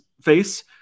face